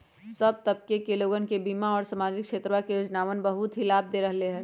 सब तबके के लोगन के बीमा और सामाजिक क्षेत्रवा के योजनावन बहुत ही लाभ दे रहले है